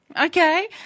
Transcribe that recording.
Okay